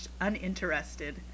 uninterested